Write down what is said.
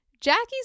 Jackie's